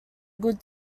good